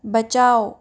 बचाओ